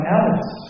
else